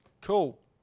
Cool